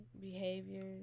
behaviors